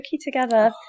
together